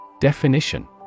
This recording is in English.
Definition